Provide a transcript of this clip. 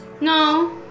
No